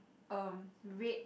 um red